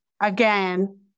Again